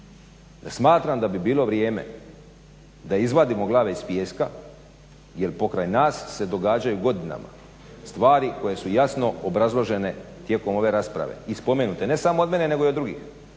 smatram da bi bilo vrijeme da izvadimo glave iz pijeska jer pokraj nas se događaju godinama stvari koje su jasno obrazložene tijekom ove rasprave i spomenute. Ne samo od mene nego i od drugih.